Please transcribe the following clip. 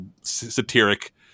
satiric